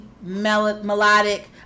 melodic